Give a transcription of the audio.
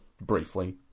Briefly